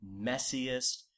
messiest